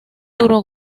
duro